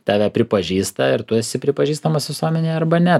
tave pripažįsta ir tu esi pripažįstamas visuomenėj arba ne